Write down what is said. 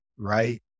right